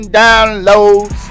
downloads